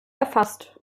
erfasst